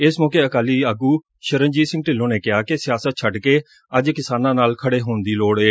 ਇਸ ਮੌਕੇ ਅਕਾਲੀ ਆਗੁ ਸ਼ਰਨਜੀਤ ਸਿੰਘ ਢਿੱਲੋਂ ਨੇ ਕਿਹਾ ਕਿ ਸਿਆਸਤ ਛੱਡ ਕੇ ਅੱਜ ਕਿਸਾਨਾਂ ਨਾਲ ਖੜੇ ਹੋਣ ਦੀ ਲੋੜ ਏ